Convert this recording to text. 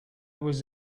was